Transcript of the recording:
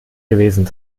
gewesen